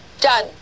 Done